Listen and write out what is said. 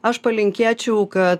aš palinkėčiau kad